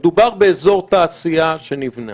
מדובר באזור תעשייה שנבנה,